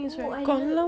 oh I kn~